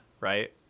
right